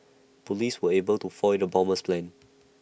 Police were able to foil the bomber's plans